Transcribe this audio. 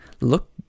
look